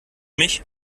mich